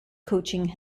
coaching